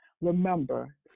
Remember